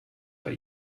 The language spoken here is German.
bei